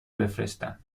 بفرستم